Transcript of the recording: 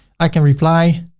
i can reply.